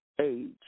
age